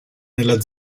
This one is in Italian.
nella